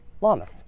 llamas